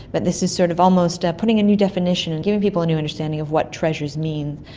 but this is sort of almost putting a new definition and giving people a new understanding of what treasures means,